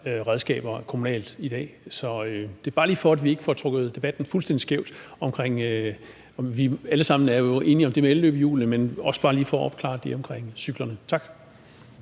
redskaber på kommunalt plan. Det er bare lige for at sikre, at vi ikke får trukket debatten fuldstændig skæv. Vi er jo alle sammen enige om det med elløbehjulene, men jeg vil også bare gerne lige opklare det med cyklerne. Tak.